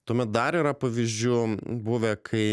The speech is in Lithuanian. tuomet dar yra pavyzdžių buvę kai